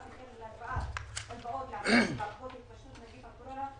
וכן הלוואות להיערכות התפשטות נגיף הקורונה,